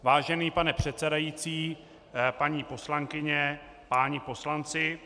Vážený pane předsedající, paní poslankyně, páni poslanci.